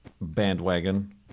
bandwagon